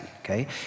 okay